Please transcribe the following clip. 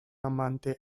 amante